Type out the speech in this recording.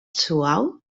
suau